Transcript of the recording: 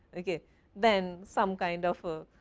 ah yeah then some kind of ah